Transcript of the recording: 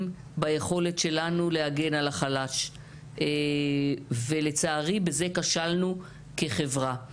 ביכולת שלנו להגן על החלש ולצערי בזה כשלנו כחברה.